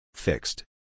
Fixed